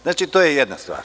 Znači, to je jedna stvar.